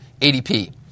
ADP